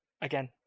Again